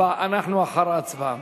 אנחנו אחרי ההצבעה.